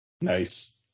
Nice